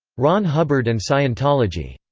ron hubbard and scientology